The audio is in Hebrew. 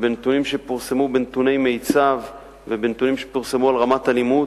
ובנתוני מיצ"ב, ובנתונים שפורסמו על רמת האלימות,